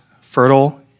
fertile